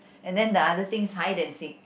and then the other thing hide and seek